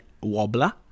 Wobbler